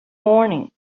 morning